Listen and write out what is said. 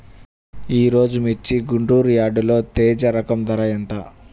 ఈరోజు మిర్చి గుంటూరు యార్డులో తేజ రకం ధర ఎంత?